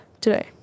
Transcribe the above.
today